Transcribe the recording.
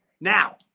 Now